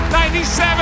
97